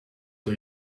doe